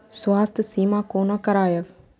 स्वास्थ्य सीमा कोना करायब?